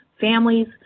families